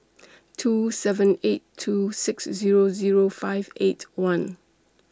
two seven eight two six Zero Zero five eight one